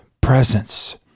presence